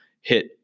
hit